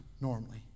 normally